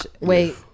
Wait